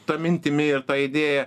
ta mintimi ir ta idėja